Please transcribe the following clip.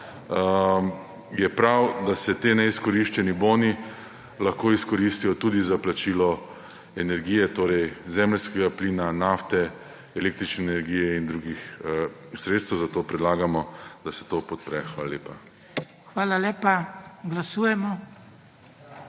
je prav, da se te neizkoriščeni boni lahko izkoristijo tudi za plačilo energije, torej zemeljskega plina, nafte, električne energije in drugih sredstev. Zato predlagamo, da se to podpre. Hvala lepa. **PODPREDSEDNIK